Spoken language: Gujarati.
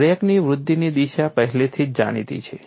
ક્રેકની વૃદ્ધિની દિશા પહેલેથી જ જાણીતી છે